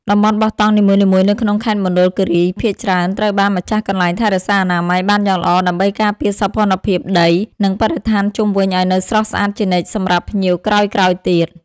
តំបន់បោះតង់នីមួយៗនៅក្នុងខេត្តមណ្ឌលគីរីភាគច្រើនត្រូវបានម្ចាស់កន្លែងថែរក្សាអនាម័យបានយ៉ាងល្អដើម្បីការពារសោភ័ណភាពដី និង បរិស្ថានជុំវិញឱ្យនៅស្រស់ស្អាតជានិច្ចសម្រាប់ភ្ញៀវក្រោយៗទៀត។